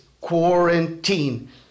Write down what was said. quarantine